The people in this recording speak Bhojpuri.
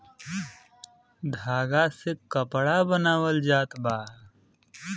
धागा से कपड़ा बनावल जात बा